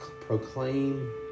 proclaim